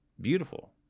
beautiful